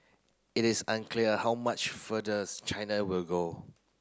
it is unclear how much further China will go